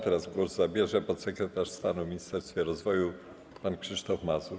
Teraz głos zabierze podsekretarz stanu w Ministerstwie Rozwoju pan Krzysztof Mazur.